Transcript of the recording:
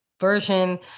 version